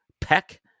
Peck